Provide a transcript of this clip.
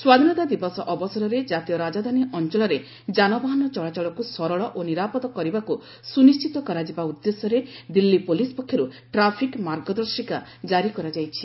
ସ୍ୱାଧୀନତା ଦିବସ ଅବସରରେ ଜାତୀୟ ରାଜଧାନୀ ଅଞ୍ଚଳରେ ଯାନବାହନ ଚଳାଚଳକୁ ସରଳ ଓ ନିରାପଦ କରିବାକୁ ସୁନିଶ୍ଚିତ କରାଯିବା ଉଦ୍ଦେଶ୍ୟରେ ଦିଲ୍ଲୀ ପୁଳିସ୍ ପକ୍ଷରୁ ଟ୍ରାଫିକ୍ ମାର୍ଗଦର୍ଶିକା ଜାରି କରାଯାଇଛି